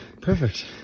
Perfect